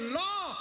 law